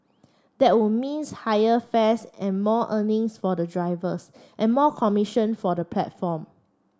that would means higher fares and more earnings for the drivers and more commission for the platform